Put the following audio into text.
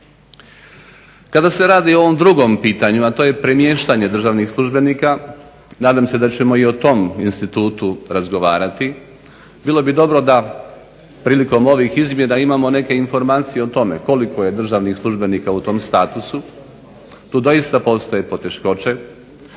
Kada se radi o ovom drugom pitanju, a to je premještanje državnih službenika nadam se da ćemo i o tom institutu razgovarati. Bilo bi dobro da prilikom ovih izmjena imamo neke informacije i o tome koliko je državnih službenika u tom statusu. Tu doista postoje poteškoće,